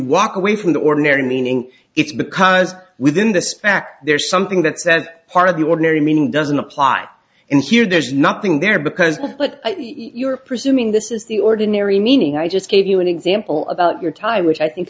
walk away from the ordinary meaning it's because within the spec there's something that says part of the ordinary meaning doesn't apply in here there's nothing there because what you're presuming this is the ordinary meaning i just gave you an example of about your time which i think